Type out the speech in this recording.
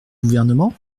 gouvernement